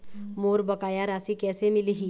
मोर बकाया राशि कैसे मिलही?